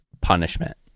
punishment